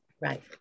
Right